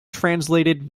translated